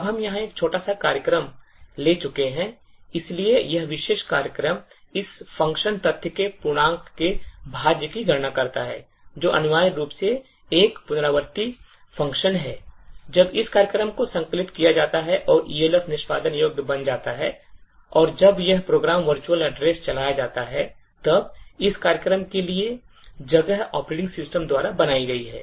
अब हम यहां एक छोटा सा कार्यक्रम ले चुके हैं इसलिए यह विशेष कार्यक्रम इस function तथ्य से पूर्णांक के भाज्य की गणना करता है जो अनिवार्य रूप से एक पुनरावर्ती function है जब इस कार्यक्रम को संकलित किया जाता है और Elf निष्पादन योग्य बन जाता है और जब यह प्रोग्राम virtual address चलाया जाता है तब इस कार्यक्रम के लिए जगह operation system द्वारा बनाई गई है